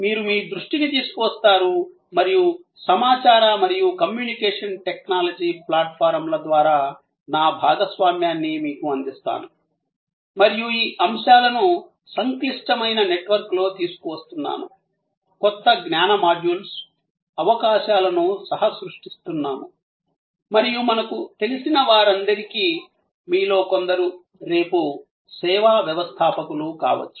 మీరు మీ దృష్టిని తీసుకువస్తారు మరియు సమాచార మరియు కమ్యూనికేషన్ టెక్నాలజీ ప్లాట్ఫారమ్ల ద్వారా నా భాగస్వామ్యాన్నిమీకు అందిస్తాను మరియు ఈ అంశాలను సంక్లిష్టమైన నెట్వర్క్లో తీసుకువస్తున్నాను కొత్త జ్ఞాన మాడ్యూల్స్ అవకాశాలను సహ సృష్టిస్తున్నాము మరియు మనకు తెలిసిన వారందరికీ మీలో కొందరు రేపు సేవా వ్యవస్థాపకులు కావచ్చు